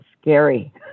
scary